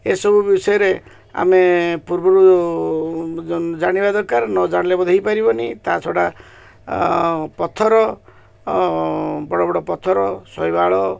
ଏସବୁ ବିଷୟରେ ଆମେ ପୂର୍ବରୁ ଜାଣିବା ଦରକାର ନ ଜାଣିଲେ ବୋଧେ ହେଇପାରିବନି ତା' ଛଡ଼ା ପଥର ବଡ଼ ବଡ଼ ପଥର ଶୈବାଳ